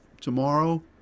tomorrow